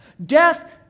Death